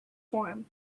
form